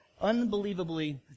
unbelievably